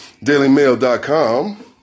Dailymail.com